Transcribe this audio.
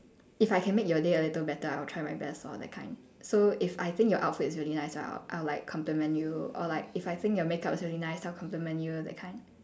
if I can make your day a little better I'll try my best lor that kind so if I think your outfit is really nice I'll I'll like compliment you or like if I think your makeup is really nice I'll compliment you that kind